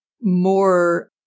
more